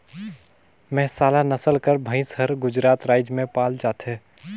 मेहसाला नसल कर भंइस हर गुजरात राएज में पाल जाथे